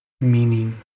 meaning